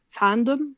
fandom